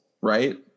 right